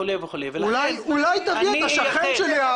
וכו' וכו' אולי תביא את השכן שלי,